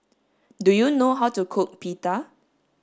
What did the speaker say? do you know how to cook pita